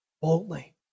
Boldly